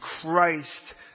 Christ